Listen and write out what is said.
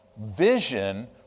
Vision